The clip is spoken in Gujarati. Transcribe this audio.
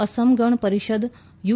અસમ ગણ પરિષદ યુ